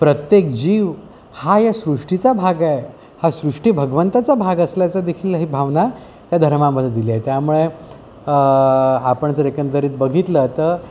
प्रत्येक जीव हा या सृष्टीचा भाग आहे हा सृष्टी भगवंताचा भाग असल्याचा देखील हे भावना या धर्मामध्ये दिलं आहे त्यामुळे आपण जर एकंदरीत बघितलं तर